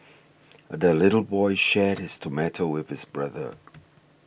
the little boy shared his tomato with his brother